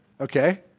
Okay